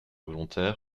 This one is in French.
volontaires